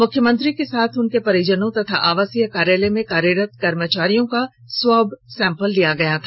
मुख्यमंत्री के साथ उनके परिजनों तथा आवासीय कार्यालय में कार्यरत कर्मचारियों का स्वाब सैंपल लिया गया था